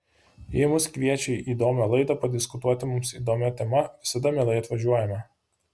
jei mus kviečia į įdomią laidą padiskutuoti mums įdomia tema visada mielai atvažiuojame